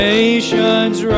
Nations